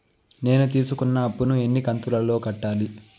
నేను తీసుకున్న అప్పు ను ఎన్ని కంతులలో కట్టాలి?